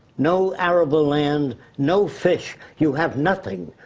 no arable land, no fish, you have nothing.